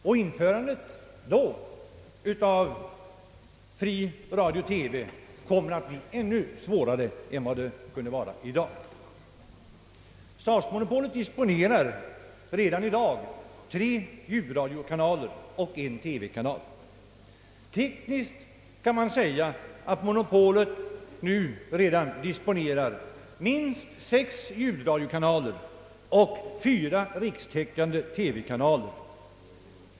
Ett införande av en fri radiooch TV-verksamhet kommer naturligtvis att bli ännu svårare då än vad som är fallet i dag. Statsmonopolet disponerar redan nu tre ljudradiokanaler och en TV-kanal. Tekniskt kan man säga att statsmonopolet redan nu förfogar över minst sex ljudradiokanaler och fyra rikstäckande TV-kanaler.